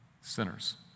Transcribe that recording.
sinners